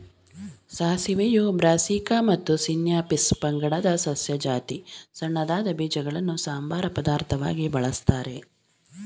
ಸಾಸಿವೆಯು Brassica ಮತ್ತು Sinapis ಪಂಗಡದ ಸಸ್ಯ ಜಾತಿ ಸಣ್ಣದಾದ ಬೀಜಗಳನ್ನು ಸಂಬಾರ ಪದಾರ್ಥವಾಗಿ ಬಳಸ್ತಾರೆ